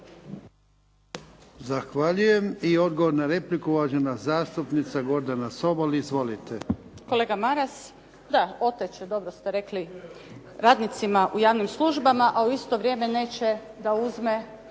Zahvaljujem. I odgovor na repliku, uvažena zastupnica Gordana Sobol. Izvolite. **Sobol, Gordana (SDP)** Kolega Maras, da otet će, dobro ste rekli radnicima u javnim službama a u isto vrijeme neće da uzme